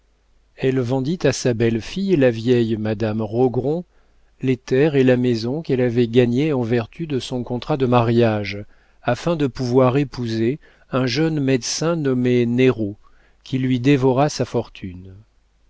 elle vendit à sa belle-fille la vieille madame rogron les terres et la maison qu'elle avait gagnées en vertu de son contrat de mariage afin de pouvoir épouser un jeune médecin nommé néraud qui lui dévora sa fortune